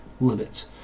limits